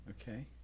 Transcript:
Okay